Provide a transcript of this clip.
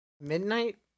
Midnight